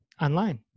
online